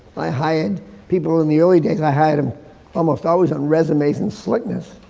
i hired people, in the early days, i hired um almost always on resumes and slickness,